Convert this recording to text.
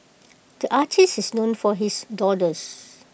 the artist is known for his doodles